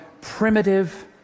primitive